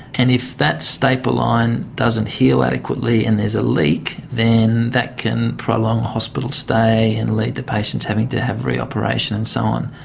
and if that staple line doesn't heal adequately and there's a leak, then that can prolong hospital stay and lead to patients having to have re-operation and so on.